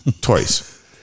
twice